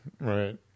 Right